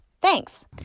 Thanks